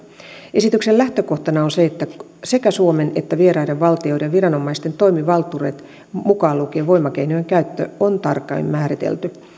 esityksen lähtökohtana on se että sekä suomen että vieraiden valtioiden viranomaisten toimivaltuudet mukaan lukien voimakeinojen käyttö on tarkoin määritelty